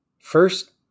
First